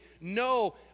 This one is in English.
no